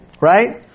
Right